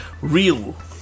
Real